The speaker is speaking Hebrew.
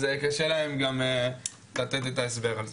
אז קשה להם לתת את ההסבר הזה.